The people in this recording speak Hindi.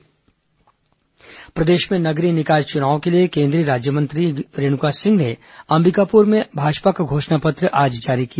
भाजपा घोषणा पत्र प्रदेश में नगरीय निकाय चुनाव के लिए केंद्रीय राज्यमंत्री रेणुका सिंह ने अंबिकापुर में भाजपा का घोषणा पत्र जारी किया